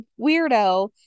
weirdo